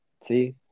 See